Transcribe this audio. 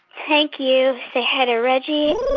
thank you. say hi to reggie.